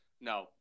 No